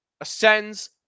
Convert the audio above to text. ascends